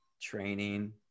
training